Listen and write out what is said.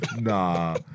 Nah